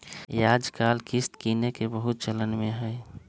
याजकाल किस्त किनेके बहुते चलन में हइ